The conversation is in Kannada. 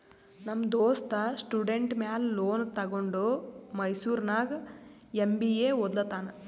ನಮ್ ದೋಸ್ತ ಸ್ಟೂಡೆಂಟ್ ಮ್ಯಾಲ ಲೋನ್ ತಗೊಂಡ ಮೈಸೂರ್ನಾಗ್ ಎಂ.ಬಿ.ಎ ಒದ್ಲತಾನ್